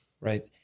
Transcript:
Right